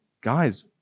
guys